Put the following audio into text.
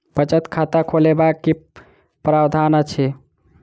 बचत खाता खोलेबाक की प्रावधान अछि?